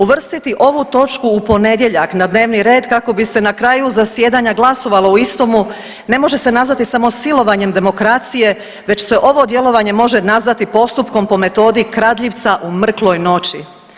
Uvrstiti ovu točku u ponedjeljak na dnevni red kako bi se na kraju zasjedanja glasovalo o istomu ne može se nazvati samo silovanjem demokracije već se ovo djelovanje može nazvati postupkom po metodi kradljivca u mrkloj noći.